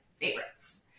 favorites